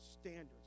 standards